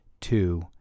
two